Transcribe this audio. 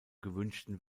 gewünschten